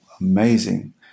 amazing